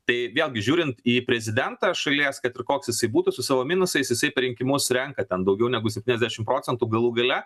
tai vėlgi žiūrint į prezidentą šalies kad ir koks jisai būtų su savo minusais jisai per rinkimus renka ten daugiau negu septynasdešim procentų galų gale